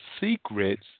secrets